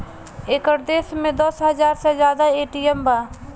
एकर देश में दस हाजार से जादा ए.टी.एम बा